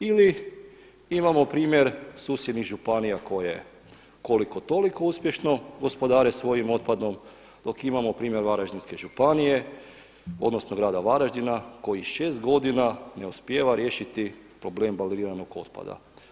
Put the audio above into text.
Ili imamo primjer susjednih županija koje koliko toliko uspješno gospodare svojim otpadom, dok imamo primjer Varaždinske županije, odnosno grada Varaždina koji šest godina ne uspijeva riješiti problem baliranog otpada.